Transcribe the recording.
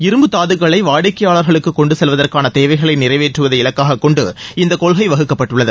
இரும்புதாதுக்களை வாடிக்கையாளர்களுக்கு கொண்டு செல்வதற்கான தேவைகளை நிறைவேற்றுவதை இலக்காக கொண்டு இந்த கொள்கை வகுக்கப்பட்டுள்ளது